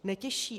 Netěší.